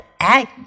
egg